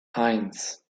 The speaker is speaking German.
eins